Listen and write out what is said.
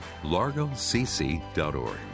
LargoCC.org